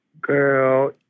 girl